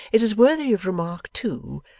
it is worthy of remark, too,